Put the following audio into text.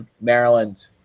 Maryland